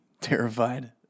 terrified